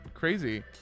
Crazy